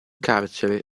carcere